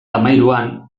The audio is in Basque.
hamahiruan